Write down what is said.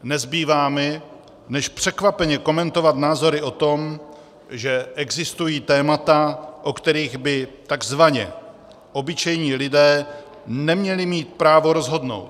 Nezbývá mi než překvapeně komentovat názory o tom, že existují témata, o kterých by tzv. obyčejní lidé neměli mít právo rozhodnout.